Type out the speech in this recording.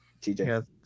TJ